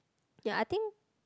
ya I think